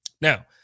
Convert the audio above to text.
Now